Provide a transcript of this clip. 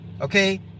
okay